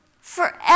forever